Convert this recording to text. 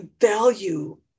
value